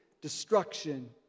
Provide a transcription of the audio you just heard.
destruction